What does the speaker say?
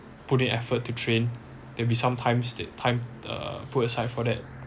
put in effort to train that'll be some times that time the put aside for that